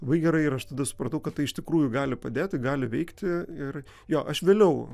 labai gerai ir aš tada supratau kad tai iš tikrųjų gali padėti gali veikti ir jo aš vėliau